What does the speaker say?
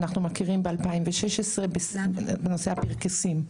שאנחנו מכירים מ-2016 בנושא הפרכוסים.